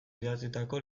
idatzitako